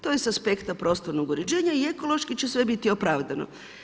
To je s aspekta prostornog uređenja i ekološki će sve biti opravdano.